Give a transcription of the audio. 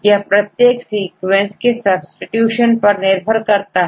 यह प्रत्येक सीक्वेंस के सब्सीट्यूशन पर निर्भर करता है